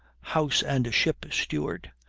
house and ship steward,